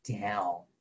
Down